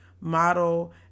model